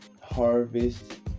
harvest